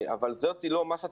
אבל זאת לא מסת